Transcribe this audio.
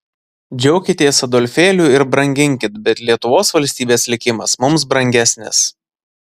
džiaukitės adolfėliu ir branginkit bet lietuvos valstybės likimas mums brangesnis